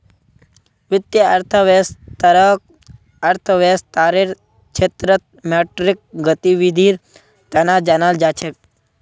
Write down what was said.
वित्तीय अर्थशास्त्ररक अर्थशास्त्ररेर क्षेत्रत मौद्रिक गतिविधीर तना जानाल जा छेक